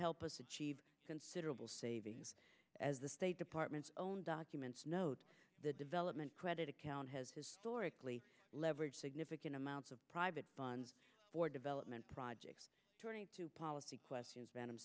help us achieve considerable savings as the state department's own documents note the development credit account has historically leveraged significant amounts of private funds for development projects twenty two policy questions